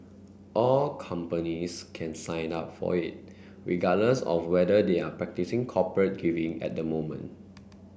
all companies can sign up for it regardless of whether they are practising corporate giving at the moment